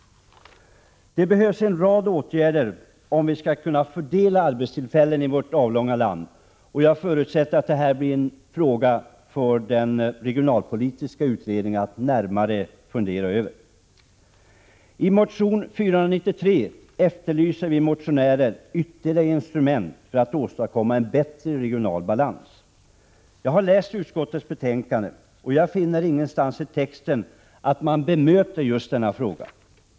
Det behövs en rad åtgärder, om vi skall kunna fördela arbetstillfällena i vårt avlånga land. Jag förutsätter att det här blir en fråga för den regionalpolitiska utredningen att närmare fundera över. I motion A493 efterlyser vi motionärer ytterligare instrument för att åstadkomma en bättre regional balans. Jag har läst utskottets betänkande men kan inte finna att man bemöter vårt förslag.